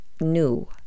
new